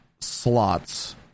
slots